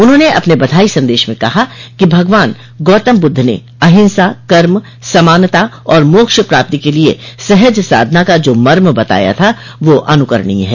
उन्होंने अपने बधाई सन्देश में कहा कि भगवान गातम बुद्ध ने अहिंसा कर्म समानता और मोक्ष प्राप्ति के लिये सहज साधना का जो मर्म बताया था वह अनुकरणीय है